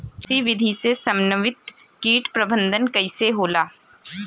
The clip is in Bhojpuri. कृषि विधि से समन्वित कीट प्रबंधन कइसे होला?